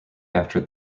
after